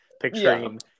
picturing